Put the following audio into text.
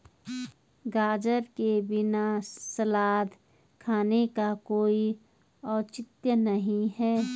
गाजर के बिना सलाद खाने का कोई औचित्य नहीं है